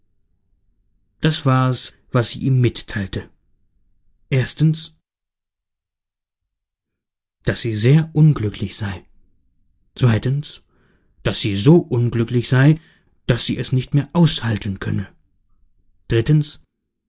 das war es was sie ihm mitteilte erstens daß sie sehr unglücklich sei zweitens daß sie so unglücklich sei daß sie es nicht mehr aushalten könne drittens